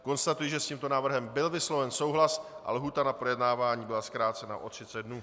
Konstatuji, že s tímto návrhem byl vysloven souhlas a lhůta na projednávání byla zkrácena o 30 dnů.